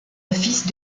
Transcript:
office